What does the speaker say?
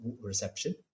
reception